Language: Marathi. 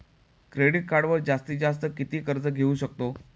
क्रेडिट कार्डवर जास्तीत जास्त किती कर्ज घेऊ शकतो?